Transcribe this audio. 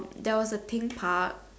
there was pink park